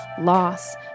loss